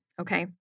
Okay